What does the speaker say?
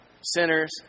Sinners